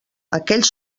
aquells